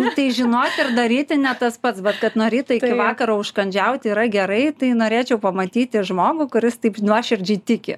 nu tai žinoti ir daryti ne tas pats bet kad nuo ryto iki vakaro užkandžiauti yra gerai tai norėčiau pamatyti žmogų kuris taip nuoširdžiai tiki